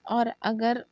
اور اگر